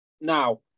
Now